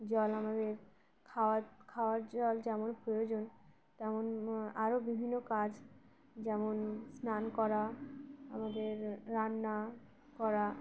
জল আমাদের খাওয়ার খাওয়ার জল যেমন প্রয়োজন তেমন আরও বিভিন্ন কাজ যেমন স্নান করা আমাদের রান্না করা